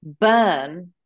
burn